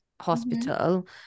Hospital